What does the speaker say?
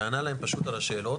וענה להם פשוט על השאלות,